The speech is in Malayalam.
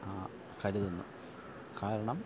കരുതുന്നു കാരണം